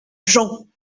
jean